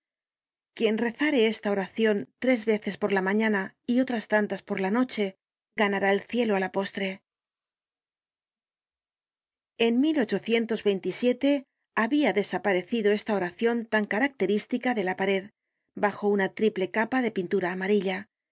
quien rezare esta oracion tres veces por la mañana y otras tantas por la noche ganará el cielo á la postre content from google book search generated at en habia desaparecido esta oracion tan característica de la pared bajo una triple capa de pintura amarilla y